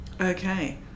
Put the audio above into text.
Okay